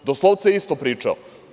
Doslovce je isto pričao.